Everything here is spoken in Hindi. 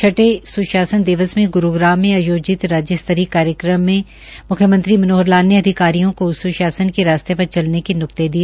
छठे सुशासन दिवस में ग्रूग्राम में आयोजित राज्यस्तरीय कार्यक्रम में सीएम मनोहर लाल ने अधिकारियों को सुशासन के रास्ते पर चलने के न्कते दिए